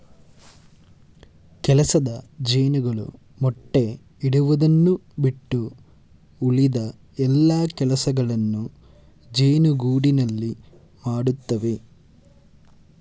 ಕೆಲಸದ ಜೇನುಗಳು ಮೊಟ್ಟೆ ಇಡುವುದನ್ನು ಬಿಟ್ಟು ಉಳಿದ ಎಲ್ಲಾ ಕೆಲಸಗಳನ್ನು ಜೇನುಗೂಡಿನಲ್ಲಿ ಮಾಡತ್ತವೆ